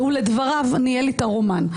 שהוא לדבריו ניהל איתה רומן.